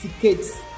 tickets